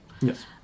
Yes